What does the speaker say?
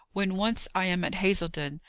when once i am at hazledon.